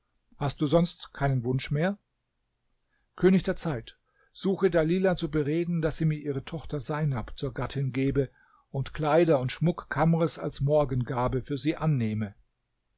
hast du sonst keinen wunsch mehr könig der zeit suche dalilah zu bereden daß sie mir ihre tochter seinab zur gattin gebe und kleider und schmuck kamrs als morgengabe für sie annehme